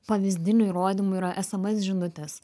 pavyzdinių įrodymų yra sms žinutės